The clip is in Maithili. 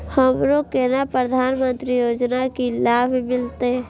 हमरो केना प्रधानमंत्री योजना की लाभ मिलते?